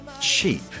cheap